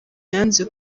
yanze